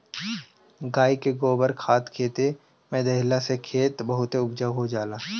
गाई के गोबर के खाद खेते में देहला से खेत बहुते उपजाऊ हो जाला